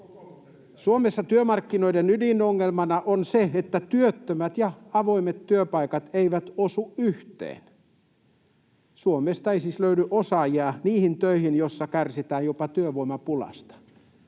Suomessa työmarkkinoiden ydinongelmana on se, että työttömät ja avoimet työpaikat eivät osu yhteen. Suomesta ei siis löydy osaajia niihin töihin, joissa kärsitään jopa työvoimapulasta.